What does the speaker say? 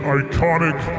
iconic